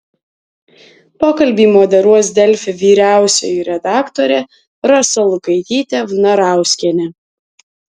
pokalbį moderuos delfi vyriausioji redaktorė rasa lukaitytė vnarauskienė